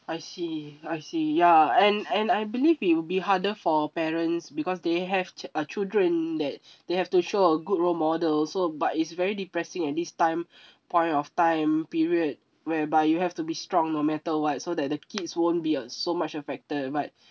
I see I see ya and and I believe it'll be harder for parents because they have ch~ uh children that they have to show a good role model so but it's very depressing at this time point of time period whereby you have to be strong no matter what so that the kids won't be uh so much affected but